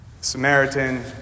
Samaritan